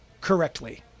correctly